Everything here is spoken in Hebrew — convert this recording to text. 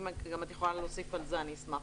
אם את יכולה להוסיף על זה, אני אשמח.